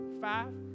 five